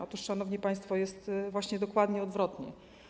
Otóż, szanowni państwo, jest właśnie dokładnie odwrotnie.